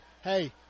hey